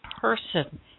person